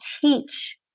teach